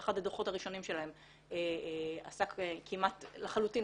אחד הדוחות הראשונים שלהם עסק כמעט לחלוטין